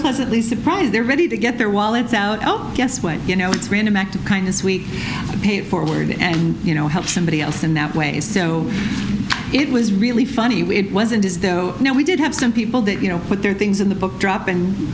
pleasantly surprised they're ready to get their wallets out guess what you know it's random act of kindness week to pay it forward and you know help somebody else in that way so it was really funny when it wasn't as though you know we did have some people that you know put their things in the book drop and